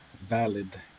valid